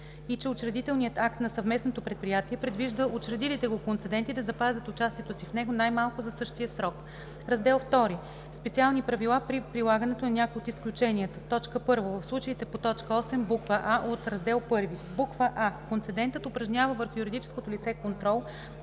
и че учредителният акт на съвместното предприятие предвижда учредилите го концеденти да запазят участието си в него най-малко за същия срок. „Раздел II – Специални правила при прилагането на някои от изключенията”. 1. В случаите по т. 8, буква „а“ от Раздел I: а) концедентът упражнява върху юридическото лице контрол,